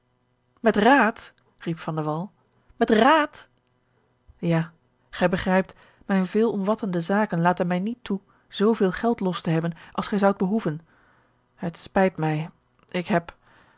wall met raad ja gij begrijpt mijne veelomvattende zaken laten mij niet toe zooveel geld los te hebben als gij zoudt behoeven het spijt mij ik heb